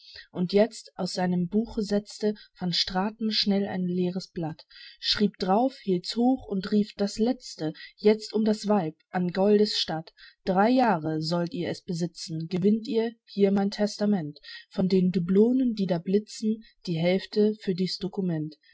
und jetzt aus seinem buche setzte van straten schnell ein leeres blatt schrieb drauf hielt's hoch und rief das letzte jetzt um das weib an goldes statt drei jahre sollt ihr es besitzen gewinnt ihr hier mein testament von den dublonen die da blitzen die hälfte für dies